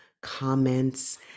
comments